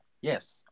Yes